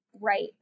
right